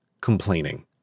complaining